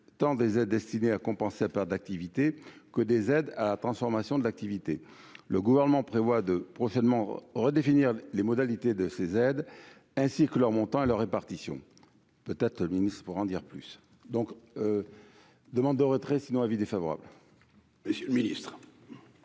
tant des aides destinées à compenser par d'activité que des aides à la transformation de l'activité, le gouvernement prévoit de prochainement redéfinir les modalités de ces aides, ainsi que leur montant et leur répartition peut être ministre pour en dire plus, donc, demande de retrait sinon avis défavorable. Monsieur le Ministre.